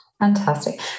Fantastic